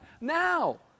Now